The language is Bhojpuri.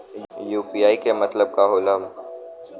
यू.पी.आई के मतलब का होला?